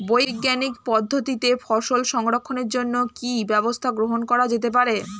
বৈজ্ঞানিক পদ্ধতিতে ফসল সংরক্ষণের জন্য কি ব্যবস্থা গ্রহণ করা যেতে পারে?